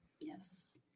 Yes